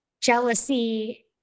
jealousy